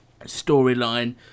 storyline